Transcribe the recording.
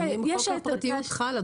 חוק הפרטיות חל.